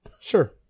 Sure